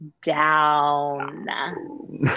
down